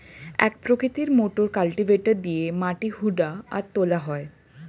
এক প্রকৃতির motor cultivator দিয়ে মাটি হুদা আর তোলা হয়